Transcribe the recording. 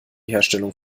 herstellung